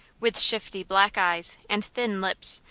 with shifty, black eyes and thin lips,